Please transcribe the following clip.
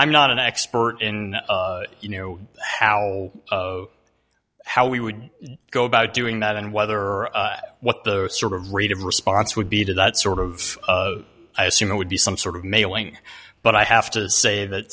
i'm not an expert in you know how how we would go about doing that and whether or what the sort of rate of response would be to that sort of i assume it would be some sort of mailing but i have to say that